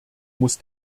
muss